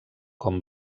com